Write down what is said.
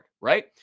right